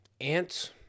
Ants